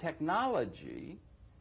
technology